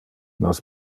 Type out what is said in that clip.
nos